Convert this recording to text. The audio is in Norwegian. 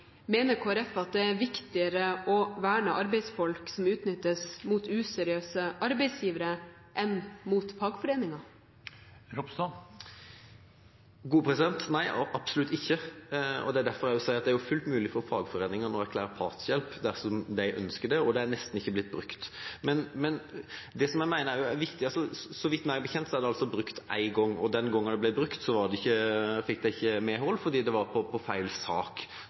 Mener Kristelig Folkeparti at det er viktigere å verne arbeidsfolk som utnyttes mot useriøse arbeidsgivere, enn å verne arbeidsfolk mot fagforeninger? Nei, absolutt ikke. Det er derfor jeg sier at det er fullt mulig for fagforeningene å erklære partshjelp dersom de ønsker det, og det er nesten ikke blitt brukt. Meg bekjent er det brukt én gang, og den gangen det ble brukt, fikk man ikke medhold fordi det gjaldt i feil sak.